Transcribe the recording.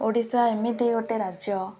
ଓଡ଼ିଶା ଏମିତି ଗୋଟେ ରାଜ୍ୟ